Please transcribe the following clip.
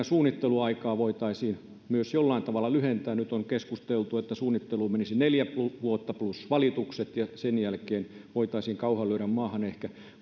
suunnitteluaikaa voitaisiin myös jollain tavalla lyhentää nyt on keskusteltu että suunnitteluun menisi neljä vuotta plus valitukset ja sen jälkeen voitaisiin kauha lyödä maahan ehkä